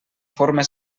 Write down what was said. forma